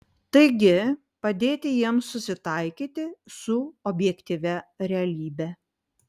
taigi padėti jiems susitaikyti su objektyvia realybe